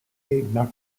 nachman